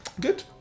Good